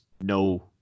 no